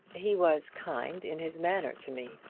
he was kind in his manner to me.